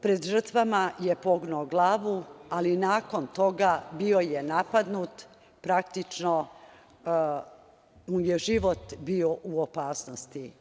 Pred žrtvama je pognuo glavu, ali nakon toga bio je napadnut, praktično mu je život bio u opasnosti.